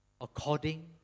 according